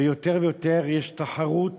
ויש יותר ויותר תחרות